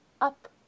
up